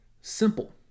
simple